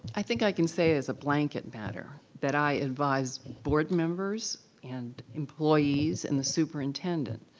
i think i can say as a blanket matter that i advise board members and employees and the superintendent,